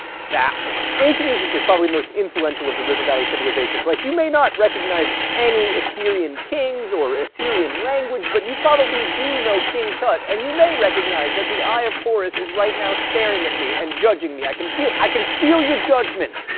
that one. ancient egypt is probably the most influential of the river valley civilizations. like you might not recognize any assyrian kings or assyrian language, but you probably do know king tut. and you may recognize that the eye of horus is right now staring at me and judging me. i can feel, i can feel your judgement.